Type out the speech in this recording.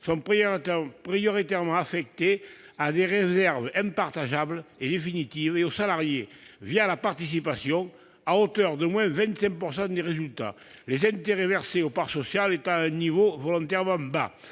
sont prioritairement affectés à des réserves impartageables et définitives et aux salariés la participation à hauteur d'au moins 25 % des résultats, les intérêts versés aux parts sociales étant à un niveau volontairement bas.